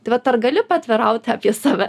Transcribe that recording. tai vat ar gali paatvirauti apie save